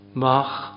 mach